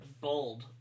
Bold